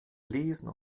lesen